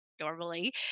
normally